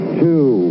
two